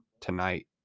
tonight